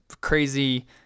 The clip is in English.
crazy